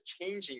changing